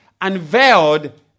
unveiled